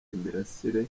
imirasire